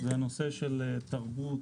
זה הנושא של תרבות,